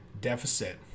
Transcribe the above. deficit